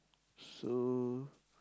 so